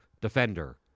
defender